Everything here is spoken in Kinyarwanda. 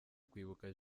kwibuka